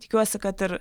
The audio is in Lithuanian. tikiuosi kad ir